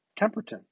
Temperton